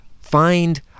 Find